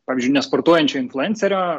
pavyzdžiui nesportuojančio influencerio